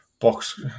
box